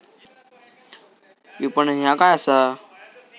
विपणन ह्या काय असा?